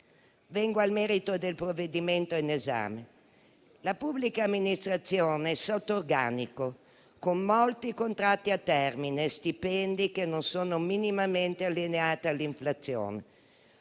Vengo al merito del provvedimento in esame. La pubblica amministrazione è sotto organico, con molti contratti a termine e stipendi che non sono minimamente allineati all'inflazione: